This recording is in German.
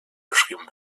beschrieben